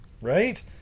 Right